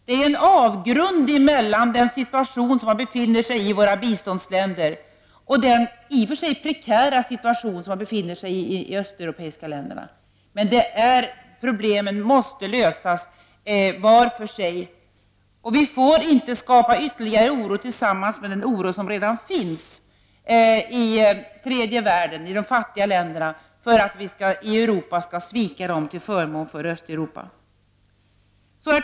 Det är en avgrund mellan den situation som man i biståndsländerna befinner sig i och den prekära situation som man i Östeuropa befinner sig i. Problemen måste lösas var för sig. Vi får inte skapa ytterligare oro förutom den oro som redan finns i tredje världen, i de fattiga länderna, genom att vi i Europa sviker dem till förmån för Östeuropa.